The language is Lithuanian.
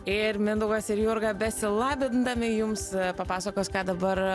ir mindaugas ir jurga besilabindami jums papasakos ką dabar